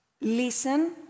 listen